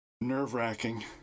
nerve-wracking